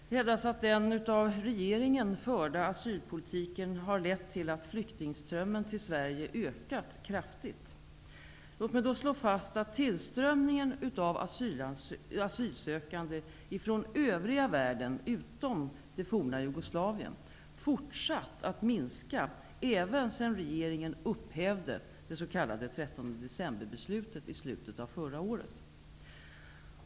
Det hävdas att den av regeringen förda asylpolitiken har lett till att flyktingströmmen till Sverige ökat kraftigt. Låt mig då slå fast att tillströmningen av asylsökande från övriga världen utom det forna Jugoslavien fortsatt att minska även sedan regeringen upphävde det s.k. 13 decemberbeslutet i slutet av förra året.